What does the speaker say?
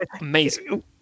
Amazing